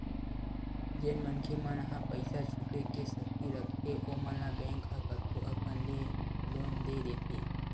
जेन मनखे मन ह पइसा छुटे के सक्ति रखथे ओमन ल बेंक ह कतको अकन ले लोन दे देथे